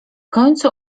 końcu